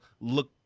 look